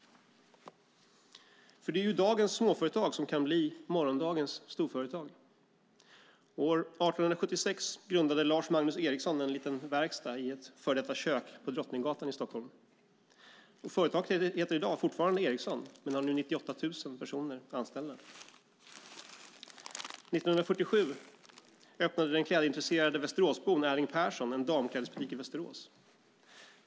Det är dagens småföretag som kan bli morgondagens storföretag. År 1876 grundade Lars Magnus Ericsson en liten verkstad i ett före detta kök på Drottninggatan i Stockholm. Företaget heter i dag fortfarande Ericsson men har nu 98 000 personer anställda. År 1947 öppnade den klädintresserade Västeråsbon Erling Persson en damklädesbutik i Västerås.